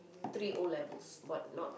three O-levels but not